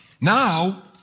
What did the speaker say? Now